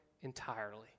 entirely